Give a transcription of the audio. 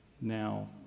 now